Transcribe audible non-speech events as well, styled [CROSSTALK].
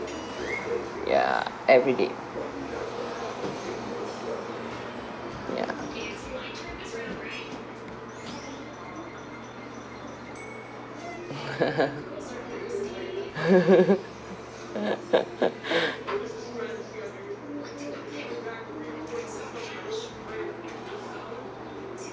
ya every day ya [LAUGHS] [LAUGHS]